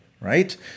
Right